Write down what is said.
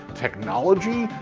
technology,